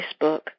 Facebook